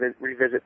revisit